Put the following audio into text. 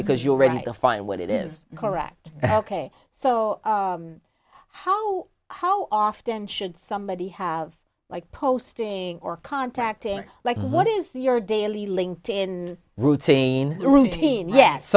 because you're ready to find what it is correct ok so how how often should somebody have like posting or contacting like what is your daily linked in routine routine yes